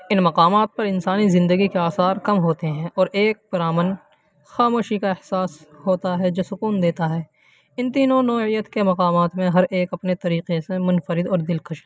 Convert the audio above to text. ان مقامات پر انسانی زندگی کے آثار کم ہوتے ہیں اور ایک پر امن خاموشی کا احساس ہوتا ہے جو سکون دیتا ہے ان تینوں نوعیت کے مقامات میں ہر ایک اپنے طریقے سے منفرد اور دلکش ہے